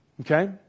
okay